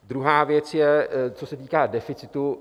Druhá věc je co se týká deficitu.